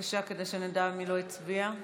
כדי שנדע מי לא הצביע.